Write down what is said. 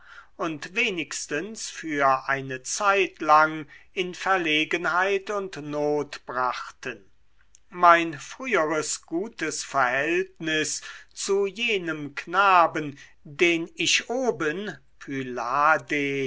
und wenigstens für eine zeitlang in verlegenheit und not brachten mein früheres gutes verhältnis zu jenem knaben den ich oben pylades